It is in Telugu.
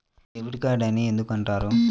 డెబిట్ కార్డు అని ఎందుకు అంటారు?